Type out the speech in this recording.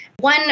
One